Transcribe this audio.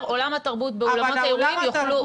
עולם התרבות באולמות התרבות יוכלו להיפתח.